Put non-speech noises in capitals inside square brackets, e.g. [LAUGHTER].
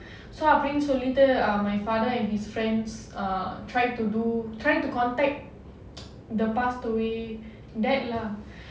so அப்டினு சொல்லிட்டு:apdinu sollitu my father and his friends try to do try to contact [NOISE] the passed away dad lah